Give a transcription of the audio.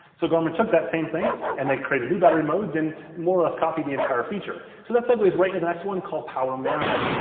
so garmin took that same thing and they created new battery modes, and more or less copy the entire feature. so that segways right in the next one called power manager.